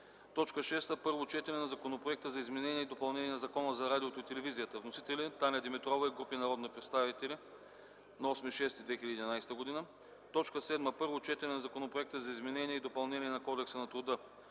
г. 6. Първо четене на Законопроекта за изменение и допълнение на Закона за радиото и телевизията. Вносители – Таня Димитрова и група народни представители на 8 юни 2011 г. 7. Първо четене на Законопроекта за изменение и допълнение на Кодекса на труда.